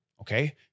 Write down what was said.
Okay